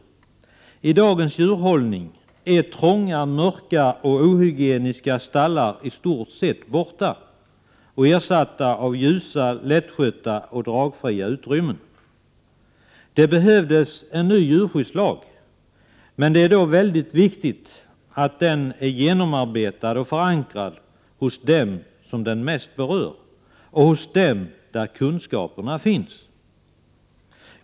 När det gäller dagens djurhållning är trånga, mörka och ohygieniska stallar i stort sett borta. I stället finns det ljusa, lättskötta och dragfria utrymmen. Det måste till en ny djurskyddslag, men då en lag — och det är mycket viktigt — som är genomarbetad och förankrad hos dem som den mest berör och hos dem som har kunskaperna.